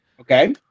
Okay